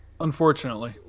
Unfortunately